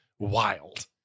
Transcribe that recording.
Wild